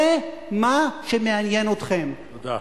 זה מה שמעניין אתכם, תודה.